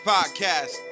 Podcast